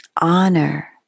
Honor